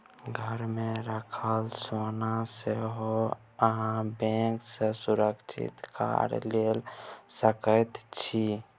घरमे राखल सोनासँ सेहो अहाँ बैंक सँ सुरक्षित कर्जा लए सकैत छी